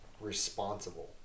responsible